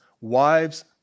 wives